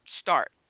start